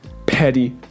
Patty